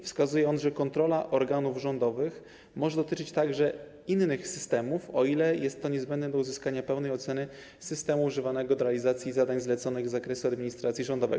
Wskazuje on, że kontrola organów rządowych może dotyczyć także innych systemów, o ile jest to niezbędne do uzyskania pełnej oceny systemu używanego do realizacji zadań zleconych z zakresu administracji rządowej.